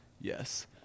yes